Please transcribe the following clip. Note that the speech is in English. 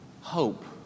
hope